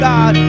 God